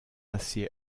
assez